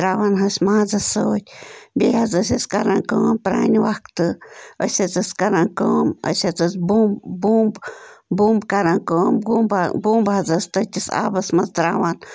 تَراوان حس مازس سۭتۍ بیٚیہِ حظ ٲسۍ أسۍ کَران کٲم پَرٛانہِ وقتہٕ أسۍ حظ ٲسۍ کَران کٲم أسۍ حظ ٲسۍ بمب بمب بمب کَران کٲم بمب بمب حظ ٲسۍ تٔتِس آبس منٛز تَران